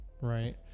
right